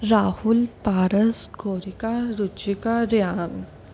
Rahul Paras Korika Ruchika Rihan